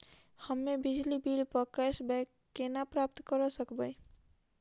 हम्मे बिजली बिल प कैशबैक केना प्राप्त करऽ सकबै?